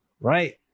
right